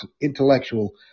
intellectual